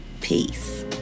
Peace